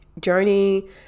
journey